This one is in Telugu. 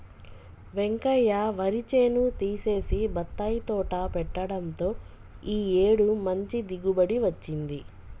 వెంకయ్య వరి చేను తీసేసి బత్తాయి తోట పెట్టడంతో ఈ ఏడు మంచి దిగుబడి వచ్చింది